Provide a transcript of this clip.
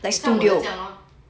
很像我的这样 lor